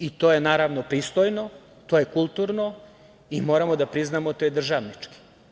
I to je naravno pristojno, to je kulturno i moramo da priznamo, to je državnički.